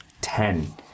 Ten